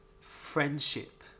friendship